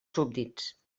súbdits